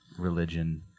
Religion